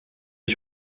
ich